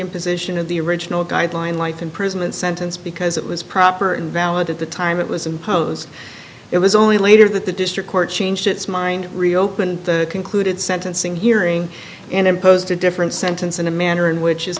reimposition of the original guideline life imprisonment sentence because it was proper invalid at the time it was imposed it was only later that the district court changed its mind reopen concluded sentencing hearing and imposed a different sentence in a manner in which is